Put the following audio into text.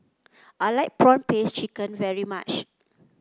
I like prawn paste chicken very much